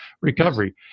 recovery